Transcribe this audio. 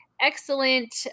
excellent